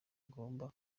agomba